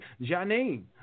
Janine